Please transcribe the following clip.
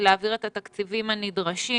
להעביר את התקציבים הנדרשים